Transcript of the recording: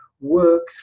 work